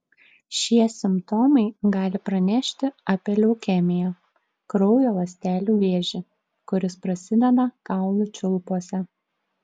šie simptomai gali pranešti apie leukemiją kraujo ląstelių vėžį kuris prasideda kaulų čiulpuose